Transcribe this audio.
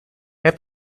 herr